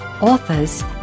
authors